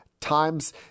times